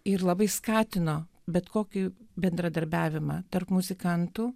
ir labai skatino bet kokį bendradarbiavimą tarp muzikantų